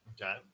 Okay